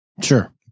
Sure